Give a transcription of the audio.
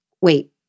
wait